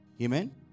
amen